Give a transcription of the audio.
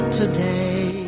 today